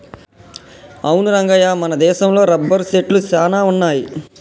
అవును రంగయ్య మన దేశంలో రబ్బరు సెట్లు సాన వున్నాయి